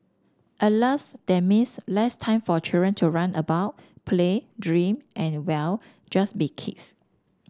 Alas that means less time for children to run about play dream and well just be kids